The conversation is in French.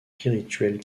spirituelles